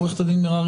עורכת הדין מררי,